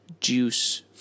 juice